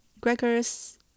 gregors